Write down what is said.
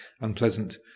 unpleasant